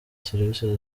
serivisi